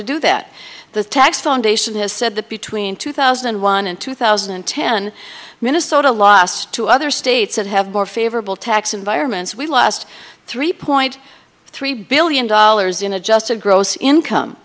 to do that the tax foundation has said that between two thousand and one and two thousand and ten minnesota lost two other states that have more favorable tax environments we lost three point three billion dollars in adjusted gross income